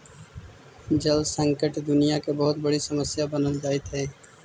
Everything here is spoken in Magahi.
जल संकट दुनियां के बहुत बड़ी समस्या बनल जाइत हई